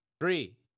three